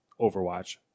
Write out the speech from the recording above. Overwatch